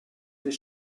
they